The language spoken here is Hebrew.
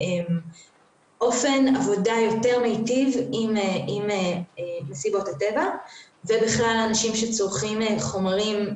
אופן עבודה יותר מיטיב עם מסיבות הטבע ובכלל אנשים שצורכים חומרים.